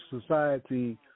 society